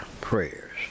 prayers